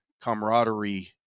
camaraderie